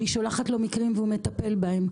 אני שולחת לו מקרים והוא מטפל בהם.